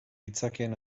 ditzakeen